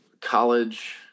college